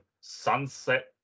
sunset